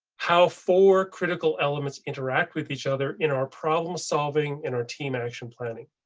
how four critical elements interact with each other in our problem solving in our team action planning.